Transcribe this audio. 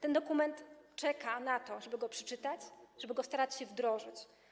Ten dokument czeka na to, żeby go przeczytać, żeby starać się go wdrożyć.